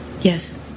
Yes